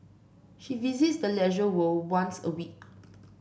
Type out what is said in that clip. she visits the Leisure World once a week